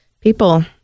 people